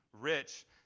rich